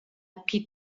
qui